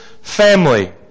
family